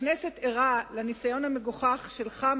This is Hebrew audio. הכנסת ערה לניסיון המגוחך שלך,